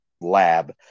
lab